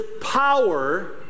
power